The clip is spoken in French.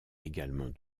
également